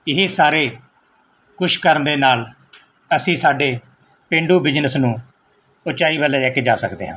ਇਹ ਸਾਰਾ ਕੁਛ ਕਰਨ ਦੇ ਨਾਲ ਅਸੀਂ ਸਾਡੇ ਪੇਂਡੂ ਬਿਜਨਸ ਨੂੰ ਉੱਚਾਈ ਵੱਲ ਲੈ ਕੇ ਜਾ ਸਕਦੇ ਹਾਂ